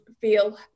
feel